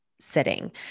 sitting